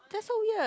that's so weird